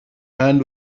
hand